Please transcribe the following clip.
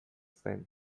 zen